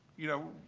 you know,